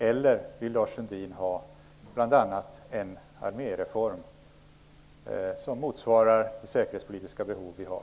Eller vill Lars Sundin i stället ha bl.a. en arméreform som motsvarar de säkerhetspolitiska behov vi har?